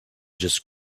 just